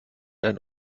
ein